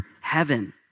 heaven